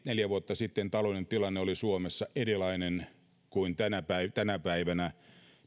neljä vuotta sitten taloudellinen tilanne oli suomessa erilainen kuin tänä päivänä